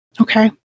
Okay